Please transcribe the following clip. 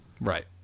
right